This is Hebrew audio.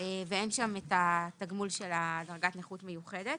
ואין שם את התגמול של דרגת נכות מיוחדת.